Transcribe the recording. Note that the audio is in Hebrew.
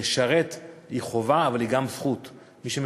לשרת זו חובה, אבל זו גם זכות.